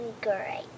great